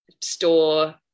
store